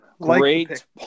Great